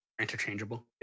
Interchangeable